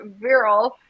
Viral